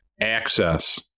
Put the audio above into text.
Access